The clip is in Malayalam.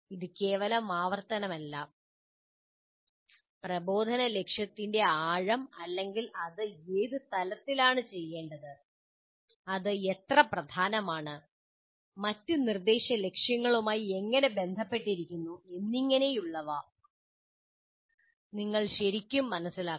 അത് കേവലം ആവർത്തനമല്ല പ്രബോധന ലക്ഷ്യത്തിന്റെ ആഴം അല്ലെങ്കിൽ അത് ഏത് തലത്തിലാണ് ചെയ്യേണ്ടത് അത് എത്ര പ്രധാനമാണ് മറ്റ് നിർദ്ദേശ ലക്ഷ്യങ്ങളുമായി എങ്ങനെ ബന്ധപ്പെട്ടിരിക്കുന്നു എന്നിങ്ങനെയുള്ളവ നിങ്ങൾ ശരിക്കും മനസ്സിലാക്കണം